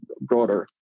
broader